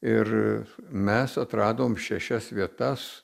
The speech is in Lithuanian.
ir mes atradom šešias vietas